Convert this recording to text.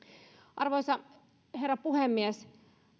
arvoisa herra puhemies